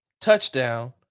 touchdown